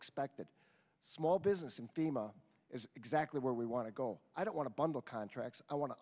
expected small business and beam a is exactly where we want to go i don't want to bundle contracts i want to